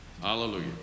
hallelujah